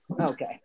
Okay